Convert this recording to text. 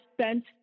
spent